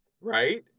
Right